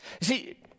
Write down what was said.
See